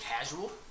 casual